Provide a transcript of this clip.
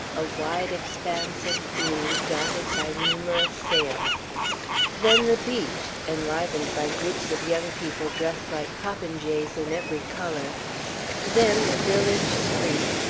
a wide expanse of blue, dotted by numerous sails then the beach, enlivened by groups of young people dressed like popinjays in every color then the village street,